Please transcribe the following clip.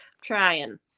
trying